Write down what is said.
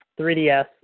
3DS